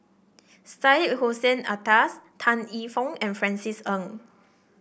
Syed Hussein Alatas Tan E Tong and Francis Ng